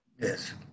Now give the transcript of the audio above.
Yes